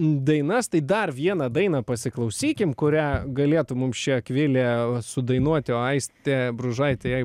dainas tai dar vieną dainą pasiklausykim kurią galėtų mums čia akvilė sudainuoti o aistė bružaitė jai